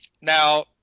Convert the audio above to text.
Now